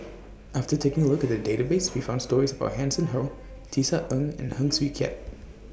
after taking A Look At The Database We found stories about Hanson Ho Tisa Ng and Heng Swee Keat